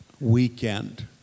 weekend